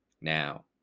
Now